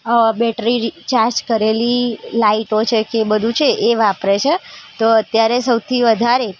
અ battery charge કરેલી લાઈટો છે કે એ બધું છે એ વાપરે છે તો અત્યારે સૌથી વધારે